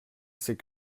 c’est